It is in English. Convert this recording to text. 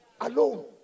alone